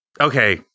Okay